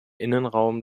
innenraum